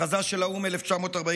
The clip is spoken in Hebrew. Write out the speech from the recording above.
הכרזה של האו"ם מ-1948: